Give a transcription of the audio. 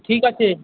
ঠিক আছে